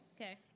Okay